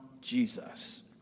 Jesus